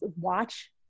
watch